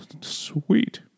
sweet